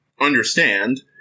understand